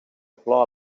flor